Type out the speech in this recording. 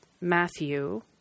Matthew